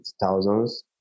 thousands